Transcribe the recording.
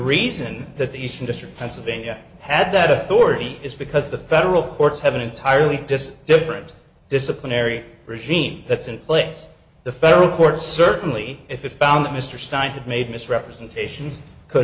reason that the eastern district pennsylvania had that authority is because the federal courts have an entirely different disciplinary regime that's in place the federal courts certainly if it found that mr stein had made misrepresentations could